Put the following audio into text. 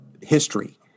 history